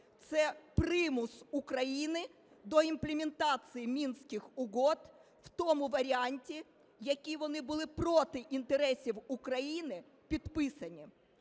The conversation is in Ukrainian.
це примус України до імплементації Мінських угод в тому варіанті, які вони були проти інтересів України підписані.